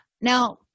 Now